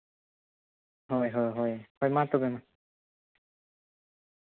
ᱦᱳᱭ ᱦᱳᱭ ᱦᱳᱭ ᱢᱟ ᱛᱚᱵᱮ ᱢᱟ